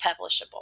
publishable